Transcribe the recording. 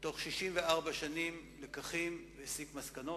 בתוך 64 שנים לקחים והסיק מסקנות?